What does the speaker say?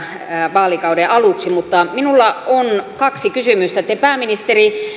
vaalikauden aluksi mutta minulla on kaksi kysymystä te pääministeri